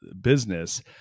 business